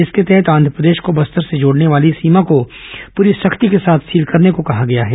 इसके तहत आंध्रप्रदेश को बस्तर से जोड़ने वाली सीमा को पूरी सख्ती के साथ सील करने को कहा गया है